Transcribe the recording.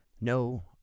No